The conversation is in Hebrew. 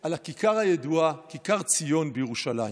על הכיכר הידועה, כיכר ציון בירושלים: